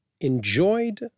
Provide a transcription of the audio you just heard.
enjoyed